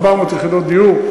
400 יחידות דיור.